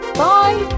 bye